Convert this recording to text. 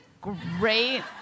great